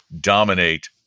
dominate